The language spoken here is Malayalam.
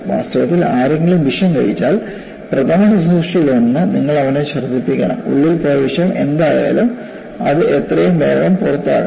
വാസ്തവത്തിൽ ആരെങ്കിലും വിഷം കഴിച്ചാൽ പ്രഥമശുശ്രൂഷയിൽ ഒന്ന് നിങ്ങൾ അവനെ ഛർദ്ദിപ്പിക്കണം ഉള്ളിലേക്ക് പോയ വിഷം എന്തായാലും അത് എത്രയും വേഗം പുറത്താക്കണം